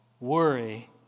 worry